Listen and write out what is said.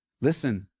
Listen